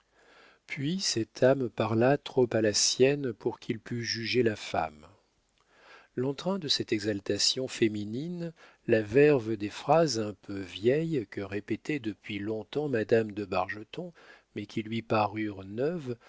puis cette âme parla trop à la sienne pour qu'il pût juger la femme l'entrain de cette exaltation féminine la verve des phrases un peu vieilles que répétait depuis long-temps madame de bargeton mais qui lui parurent neuves